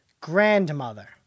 grandmother